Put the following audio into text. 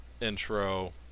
intro